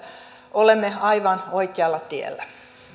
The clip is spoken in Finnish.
olemme aivan oikealla tiellä